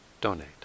donate